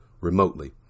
remotely